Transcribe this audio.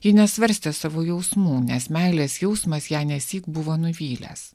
ji nesvarstė savo jausmų nes meilės jausmas ją nesyk buvo nuvylęs